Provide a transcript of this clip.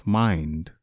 mind